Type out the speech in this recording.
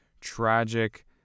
tragic